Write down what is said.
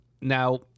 now—